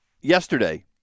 yesterday